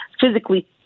physically